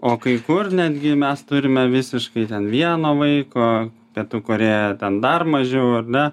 o kai kur netgi mes turime visiškai ten vieno vaiko pietų korėjoje ten dar mažiau ar ne